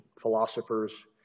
philosophers